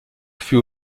fut